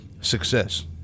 Success